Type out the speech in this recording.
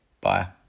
Bye